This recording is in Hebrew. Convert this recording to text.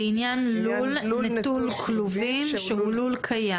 לעניין לול נטול כלובים שהוא לול קיים,